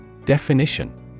Definition